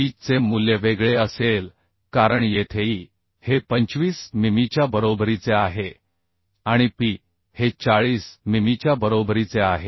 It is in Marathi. kb चे मूल्य वेगळे असेल कारण येथे e हे 25 मिमीच्या बरोबरीचे आहे आणि p हे 40 मिमीच्या बरोबरीचे आहे